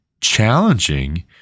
challenging